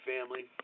family